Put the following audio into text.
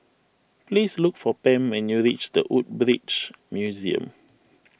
please look for Pam when you reach the Woodbridge Museum